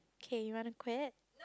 okay you want to quit